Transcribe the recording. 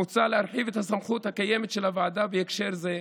מוצע להרחיב את הסמכות הקיימת של הוועדה בהקשר זה,